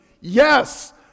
Yes